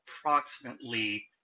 approximately